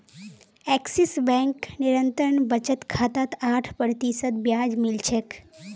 axis bank निरंतर बचत खातात आठ प्रतिशत ब्याज मिल छेक